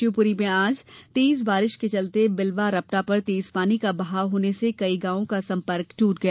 शिवपुरी में आज तेज बारिश के चलते बिलवा रपटा पर तेज पानी का बहाव होने से कई गांवों का संपर्क टूट गया